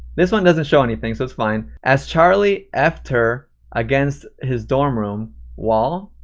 this one doesn't show anything so it's fine. as charlie f'd her against his dorm room wall,